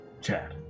Chat